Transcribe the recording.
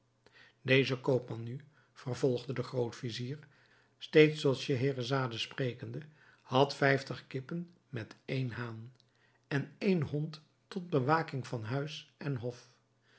deze koopman nu vervolgde de groot-vizier steeds tot scheherazade sprekende had vijftig kippen met een haan en een hond tot bewaking van huis en hof